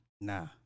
Nah